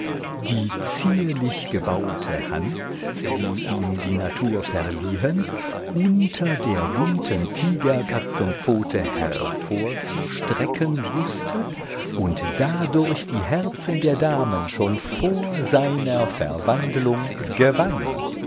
die zierlich gebaute hand die ihm die natur verliehen unter der bunten tigerkatzenpfote hervorzustrecken wußte und dadurch die herzen der damen schon vor seiner verwandlung gewann